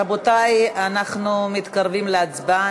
רבותי, אנחנו מתקרבים להצבעה.